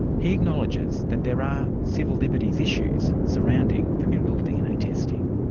he acknowledges that there are civil liberties issues surrounding familial dna testing.